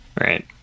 Right